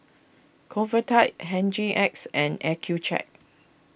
Convatec Hygin X and Accucheck